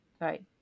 Right